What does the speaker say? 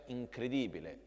incredibile